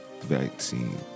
vaccine